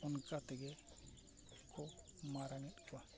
ᱚᱱᱠᱟ ᱛᱮᱜᱮ